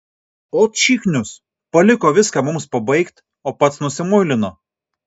ot šiknius paliko viską mums pabaigt o pats nusimuilino